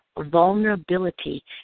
vulnerability